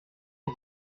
dix